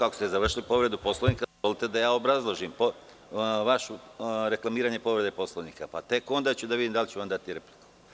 Ako ste završili povredu Poslovnika, dozvolite da obrazložim vaše reklamiranje povrede Poslovnika, pa ću tek onda videti da li ću vam dati repliku.